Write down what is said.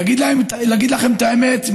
ולהגיד לכם את האמת?